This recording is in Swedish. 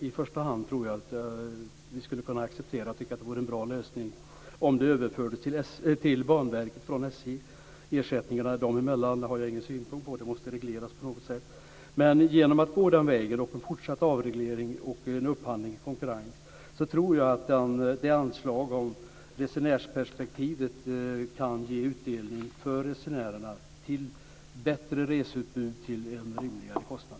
I första hand tror jag att vi skulle tycka att det vore en bra lösning om det överfördes från SJ till Banverket. Ersättningarna dem emellan har jag inga synpunkter på. Det måste regleras på något sätt. Men genom att gå den vägen, med fortsatt avreglering och upphandling i konkurrens, tror jag att ett anslag om resenärsperspektiv kan ge utdelning till resenärerna i form av bättre reseutbud till en rimligare kostnad.